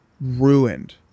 Ruined